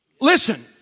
Listen